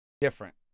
different